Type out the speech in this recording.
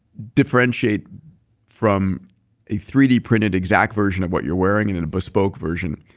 differentiate from a three d printed exact version of what you're wearing and and a bespoke version,